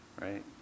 Right